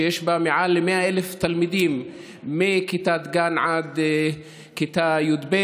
שיש בה יותר מ-100,000 תלמידים מכיתת גן עד כיתה י"ב.